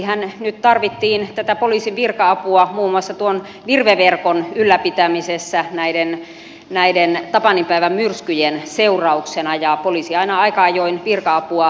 viimeksihän nyt tarvittiin tätä poliisin virka apua muun muassa tuon virve verkon ylläpitämisessä näiden tapaninpäivän myrskyjen seurauksena ja poliisi aina aika ajoin virka apua tarvitsee